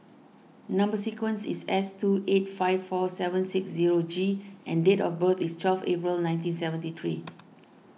Number Sequence is S two eight five four seven six zero G and date of birth is twelve April nineteen seventy three